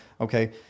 okay